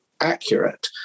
accurate